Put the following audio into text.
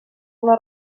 una